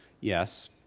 Yes